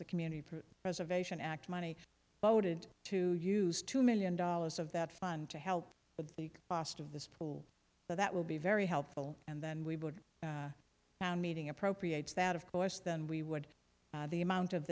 the community preservation act money voted to use two million dollars of that fund to help but the cost of this bill that will be very helpful and then we would now meeting appropriates that of course then we would the amount of